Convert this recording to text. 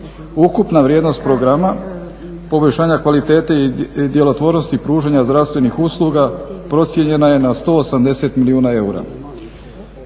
Ukupna vrijednost programa poboljšanja kvalitete i djelotvornosti pružanja zdravstveni usluga procijenjena je na 180 milijuna eura.